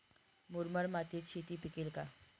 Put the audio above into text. मुरमाड मातीत शेती पिकेल का?